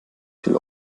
till